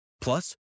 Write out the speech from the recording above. Plus